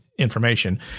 information